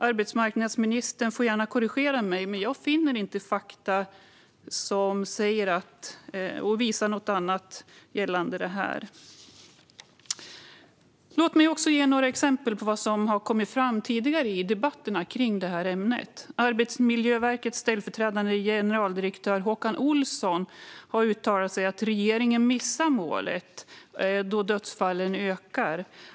Arbetsmarknadsministern får gärna korrigera mig, men jag finner inte fakta som visar något annat gällande detta. Låt mig ge några exempel på vad som tidigare har kommit fram i debatterna kring det här ämnet. Arbetsmiljöverkets ställföreträdande generaldirektör Håkan Olsson har uttalat att regeringen missar målet, eftersom dödsfallen ökar.